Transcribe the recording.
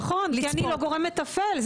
נכון, כי אני לא גורם מתפעל.